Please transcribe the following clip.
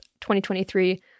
2023